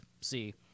see